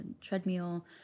treadmill